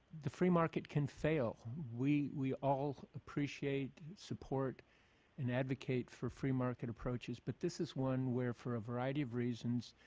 the free market can fail. we we all appreciate support and advocate for free market approaches. but this is one where for a variety of reasons,